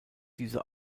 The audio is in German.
diese